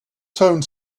tone